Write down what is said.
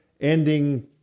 ending